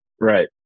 Right